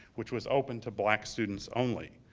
which was open to black students only.